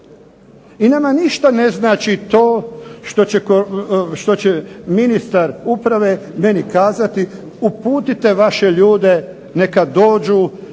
I nama ništa ne znači to što će ministar uprave meni kazati, uputite vaše ljude neka dođu